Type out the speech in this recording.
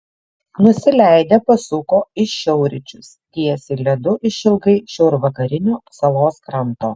nusileidę pasuko į šiaurryčius tiesiai ledu išilgai šiaurvakarinio salos kranto